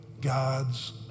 God's